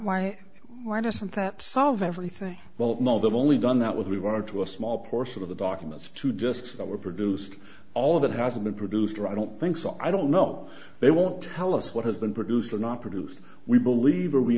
why why doesn't that solve everything well no they've only done that with regard to a small portion of the documents to just that were produced all of it hasn't been produced or i don't think so i don't know they won't tell us what has been produced or not produced we believe or we